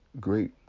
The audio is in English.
great